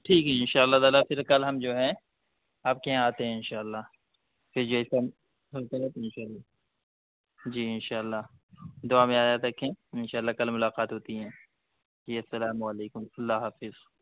ٹھیک ہے ان شاء اللہ تعالیٰ پھر کل ہم جو ہے آپ کے یہاں آتے ہیں ان شاء اللہ پھر جیسا ہوتا ہے تو ان شاء اللہ جی ان شاء اللہ دعا میں یاد رکھیں ان شاء اللہ کل ملاقات ہوتی ہے جی السلام علیکم اللہ حافظ